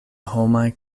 homaj